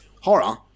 horror